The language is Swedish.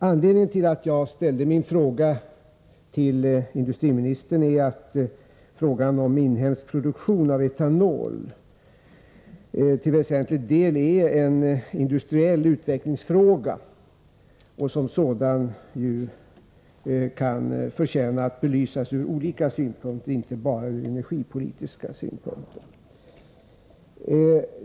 Anledningen till att jag ställde min fråga till industriministern är att frågan om inhemsk produktion av etanol till väsentlig del är en fråga om industriell utveckling och som sådan ju kan förtjäna att belysas ur olika synpunkter, inte bara ur energipolitisk synpunkt.